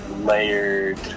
layered